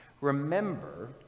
Remember